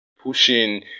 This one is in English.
pushing